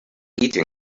eating